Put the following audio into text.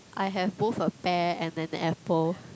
I have both a pear and an apple